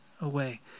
away